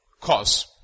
cause